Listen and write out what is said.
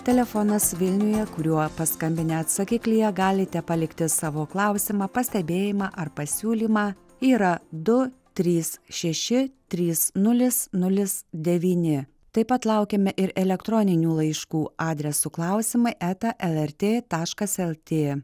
telefonas vilniuje kuriuo paskambinę atsakiklyje galite palikti savo klausimą pastebėjimą ar pasiūlymą yra du trys šeši trys nulis nulis devyni taip pat laukiame ir elektroninių laiškų adresu klausimai eta lrt taškas lt